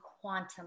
quantum